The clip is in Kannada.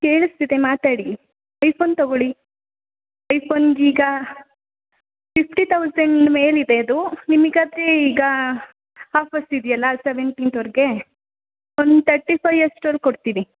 ಕೇಳಿಸ್ತಿದೆ ಮಾತಾಡಿ ಐಫೋನ್ ತಗೊಳ್ಳಿ ಐಫೋನಿಗೀಗ ಫಿಫ್ಟಿ ತೌಸಂಡ್ ಮೇಲಿದೆ ಅದು ನಿಮಗಾದ್ರೆ ಈಗ ಆಫರ್ಸ್ ಇದೆಯಲ್ಲ ಸೆವೆಂಟೀನ್ತ್ವರೆಗೆ ಒಂದು ತರ್ಟಿ ಫೈವಷ್ಟ್ರಲ್ಲಿ ಕೊಡ್ತೀವಿ